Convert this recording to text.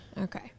Okay